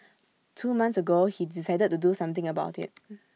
two months ago he decided to do something about IT